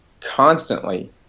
constantly